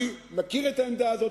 אני מכיר את העמדה הזאת,